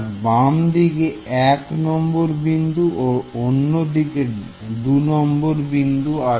যায় বামদিকে 1 বিন্দু ও অন্যদিকে 2 নম্বর বিন্দু